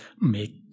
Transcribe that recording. make